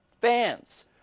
fans